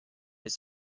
this